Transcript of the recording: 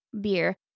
beer